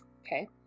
okay